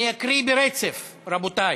אני אקרא ברצף, רבותי: